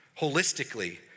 holistically